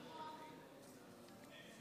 נכון מאוד, כל מילה.